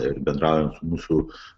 ir bendraujant su mūsų